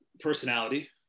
Personality